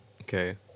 Okay